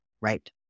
right